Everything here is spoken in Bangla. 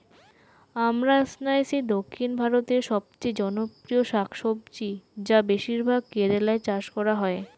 আমরান্থেইসি দক্ষিণ ভারতের সবচেয়ে জনপ্রিয় শাকসবজি যা বেশিরভাগ কেরালায় চাষ করা হয়